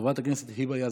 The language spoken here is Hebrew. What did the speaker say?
חברת הכנסת היבה יזבק,